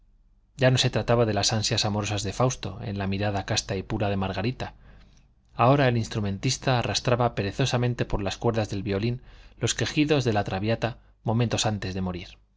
ya no se trataba de las ansias amorosas de fausto en la mirada casta y pura de margarita ahora el instrumentista arrastraba perezosamente por las cuerdas del violín los quejidos de la traviata momentos antes de morir